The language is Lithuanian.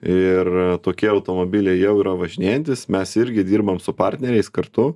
ir tokie automobiliai jau yra važinėjantys mes irgi dirbam su partneriais kartu